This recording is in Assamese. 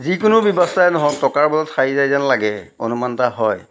যিকোনো ব্যৱস্থাৰে নহওক টকাৰ বলত সাৰি যায় যেন লাগে অনুমান এটা হয়